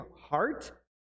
heart